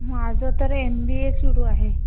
माझं तर M B A सुरु आहे